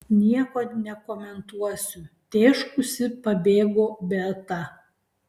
nieko nekomentuosiu tėškusi pabėgo beata